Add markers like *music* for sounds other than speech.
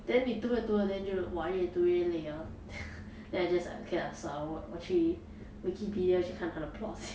then 你读了读了 then 就 !wah! 越读越累 uh *laughs* then I just !aiya! okay lah sua 我去 wikipedia 去看他的 plots *laughs*